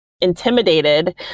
intimidated